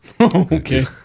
Okay